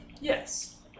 yes